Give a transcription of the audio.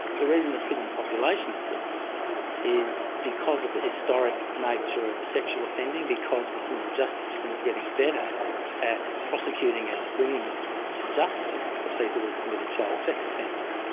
the reason the prison population is getting older is because of the historic nature of sexual offending, because the criminal justice system is getting better at prosecuting and bringing to justice the people who've committed child sex offences.